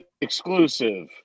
exclusive